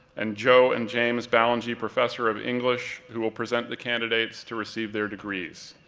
and jo and james ballengee professor of english, who will present the candidates to receive their degrees.